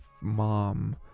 mom